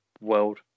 World